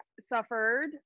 suffered